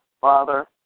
Father